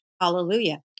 hallelujah